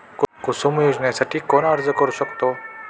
कुसुम योजनेसाठी कोण अर्ज करू शकतो?